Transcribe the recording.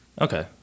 Okay